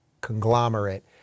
conglomerate